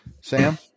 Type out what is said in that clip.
Sam